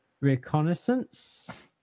reconnaissance